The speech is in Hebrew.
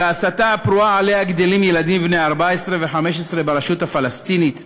של ההסתה הפרועה שעליה גדלים ילדים בני 14 ו-15 ברשות הפלסטינית.